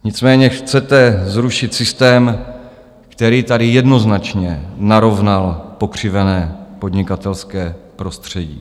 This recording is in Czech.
Nicméně chcete zrušit systém, který tady jednoznačně narovnal pokřivené podnikatelské prostředí.